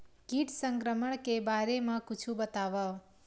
कीट संक्रमण के बारे म कुछु बतावव?